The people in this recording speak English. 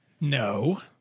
No